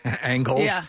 angles